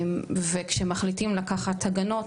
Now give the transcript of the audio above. וכשמחליטים לקחת הגנות,